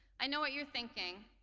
i know what you're thinking.